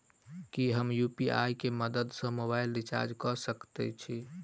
की हम यु.पी.आई केँ मदद सँ मोबाइल रीचार्ज कऽ सकैत छी?